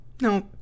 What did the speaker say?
No